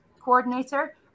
coordinator